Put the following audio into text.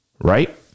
Right